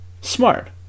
smart